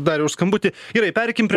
dariau už skambutį gerai pereikim prie